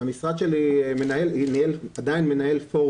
המשרד שלי מנהל פורום